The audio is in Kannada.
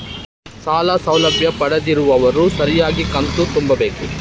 ಸಾಲ ಸೌಲಭ್ಯ ಪಡೆದಿರುವವರು ಸರಿಯಾಗಿ ಕಂತು ತುಂಬಬೇಕು?